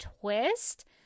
twist